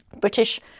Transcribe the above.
British